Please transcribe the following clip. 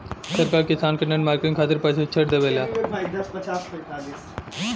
सरकार किसान के नेट मार्केटिंग खातिर प्रक्षिक्षण देबेले?